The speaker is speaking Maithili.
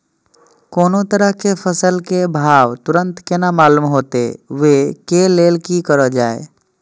कोनो तरह के फसल के भाव तुरंत केना मालूम होते, वे के लेल की करल जाय?